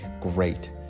great